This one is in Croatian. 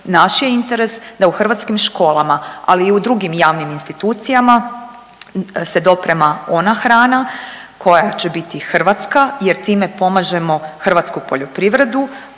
Naš je interes da u hrvatskim školama, ali i u drugim javnim institucijama se doprema ona hrana koja će biti hrvatska jer time pomažemo hrvatsku poljoprivredu,